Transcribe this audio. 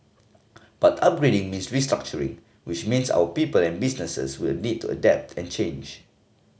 but upgrading means restructuring which means our people and businesses will need to adapt and change